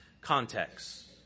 context